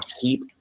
keep